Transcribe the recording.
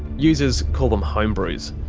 users call them home-brews.